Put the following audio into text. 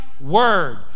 word